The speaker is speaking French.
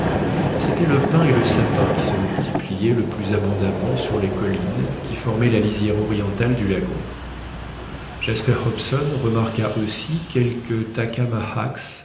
c'étaient le pin et le sapin qui se multipliaient le plus abondamment sur les collines qui formaient la lisière orientale du lagon jasper hobson remarqua aussi quelques